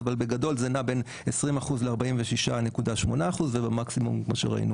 אבל בגדול זה נע בין 20% ל-46.8% ובמקסימום כמו שראינו